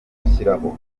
gushyiraho